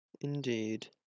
Indeed